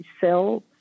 sell